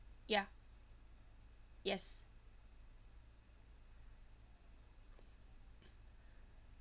ya yes